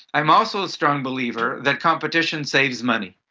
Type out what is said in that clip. i'm also a strong believer that competition saves money.